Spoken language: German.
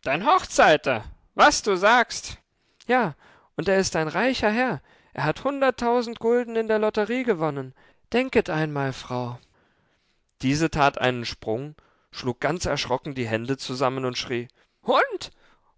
dein hochzeiter was du sagst ja und er ist ein reicher herr er hat hunderttausend gulden in der lotterie gewonnen denket einmal frau diese tat einen sprung schlug ganz erschrocken die hände zusammen und schrie hund